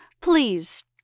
please